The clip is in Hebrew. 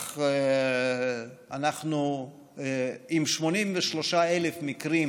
אנחנו עם 83,000 מקרים